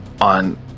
on